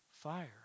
fire